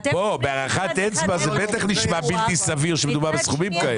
בהערכת אצבע זה בטח נשמע בלתי סביר שמדובר בסכומים כאלה.